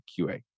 QA